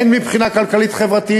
הן מבחינה כלכלית-חברתית,